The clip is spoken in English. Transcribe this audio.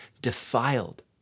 defiled